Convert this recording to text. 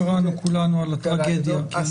קראנו כולנו על הטרגדיה, חסידות חב"ד.